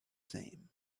same